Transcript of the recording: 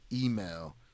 email